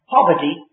Poverty